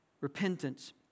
Repentance